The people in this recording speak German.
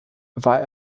war